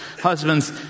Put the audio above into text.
Husbands